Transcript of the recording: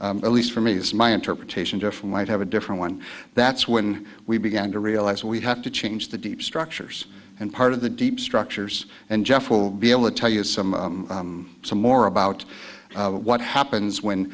when at least for me is my interpretation different might have a different one that's when we began to realize we have to change the deep structures and part of the deep structures and jeff will be able to tell us some some more about what happens when